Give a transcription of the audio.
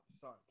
sorry